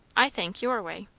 i think, your way.